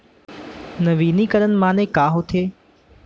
नवीनीकरण माने का होथे?